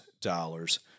dollars